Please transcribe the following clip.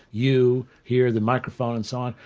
you, here, the microphone and so on,